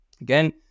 Again